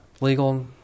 legal